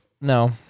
No